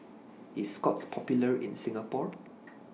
IS Scott's Popular in Singapore